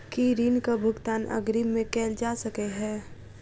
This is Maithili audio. की ऋण कऽ भुगतान अग्रिम मे कैल जा सकै हय?